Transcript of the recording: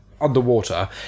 underwater